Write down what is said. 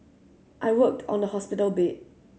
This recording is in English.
I worked on the hospital bed